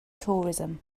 tourism